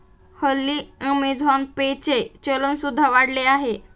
हल्ली Amazon pay चे चलन सुद्धा वाढले आहे